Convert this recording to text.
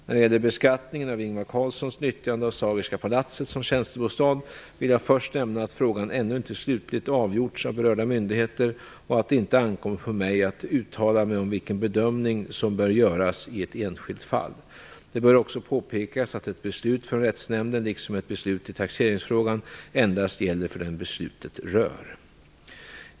När det gäller beskattningen av Ingvar Carlssons nyttjande av Sagerska palatset som tjänstebostad vill jag först nämna att frågan ännu inte slutligt avgjorts av berörda myndigheter och att det inte ankommer på mig att uttala mig om vilken bedömning som bör göras i ett enskilt fall. Det bör också påpekas att ett beslut från rättsnämnden liksom ett beslut i taxeringsfrågan endast gäller för den beslutet rör.